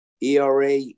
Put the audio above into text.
ERA